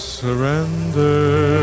surrender